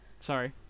sorry